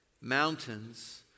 Mountains